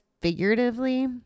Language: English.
figuratively